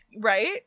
right